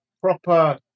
proper